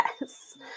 Yes